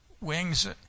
wings